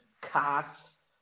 cast